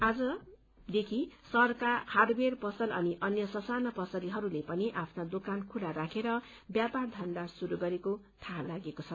आजदेखि शहरका हार्डवेयर पसल अनि अन्य स साना पसलेहरूले पनि आफ्ना दोकान खुल्ला राखेर व्यापार धन्धा शुरू गरेको थाहा लागेको छ